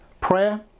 Prayer